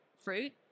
fruit